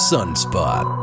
Sunspot